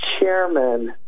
chairman